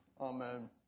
Amen